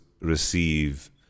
receive